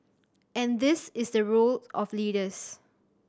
and this is the role of leaders